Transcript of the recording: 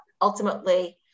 ultimately